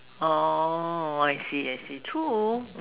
oh I see I see true